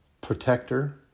protector